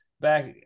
back